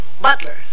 Butler